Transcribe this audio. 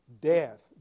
death